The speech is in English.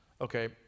Okay